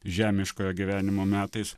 žemiškojo gyvenimo metais